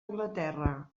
anglaterra